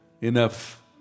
enough